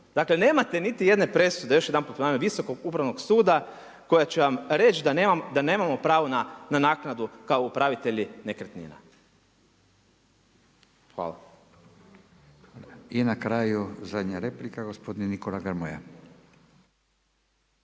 dakle nemate niti jedne presude, još jedanput ponavljam, Visokog upravnog suda koja će vam reći da nemamo pravo na naknadu kao upravitelji nekretnina. Hvala. **Radin, Furio (Nezavisni)** I na kraju zadnja replika, gospodin Nikola Grmoja.